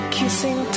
kissing